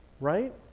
Right